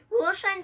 Willowshine's